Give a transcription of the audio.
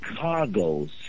cargoes